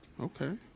Okay